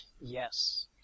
Yes